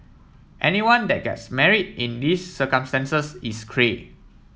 anyone that gets marry in these circumstances is cray